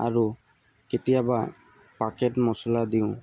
আৰু কেতিয়াবা পেকেট মচলা দিওঁ